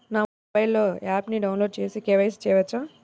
నా మొబైల్లో ఆప్ను డౌన్లోడ్ చేసి కే.వై.సి చేయచ్చా?